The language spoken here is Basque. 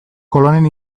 kolonen